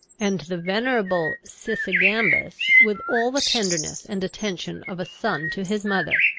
and the venerable sysigambis with all the tenderness and attention of a son to his mother.